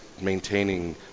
maintaining